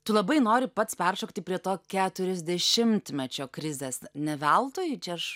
tu labai nori pats peršokti prie to keturiasdešimtmečio krizės ne veltui čia aš